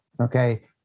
okay